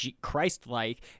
Christ-like